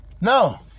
no